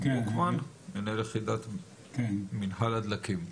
מנהל יחידת מינהל הדלקים.